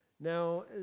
Now